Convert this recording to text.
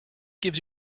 gives